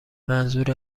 منظور